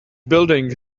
building